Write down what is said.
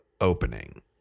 opening